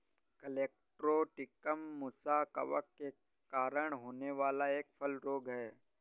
colletotrichum मुसा कवक के कारण होने वाला एक फल रोग है